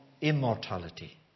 immortality